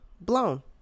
blown